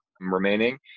remaining